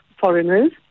foreigners